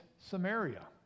Samaria